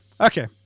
Okay